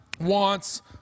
wants